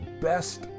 best